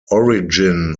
origin